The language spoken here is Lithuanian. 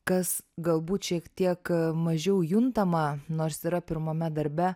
kas galbūt šiek tiek mažiau juntama nors yra pirmame darbe